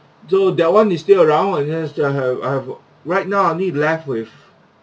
so that one is still around and then still I have I have uh right now I only left with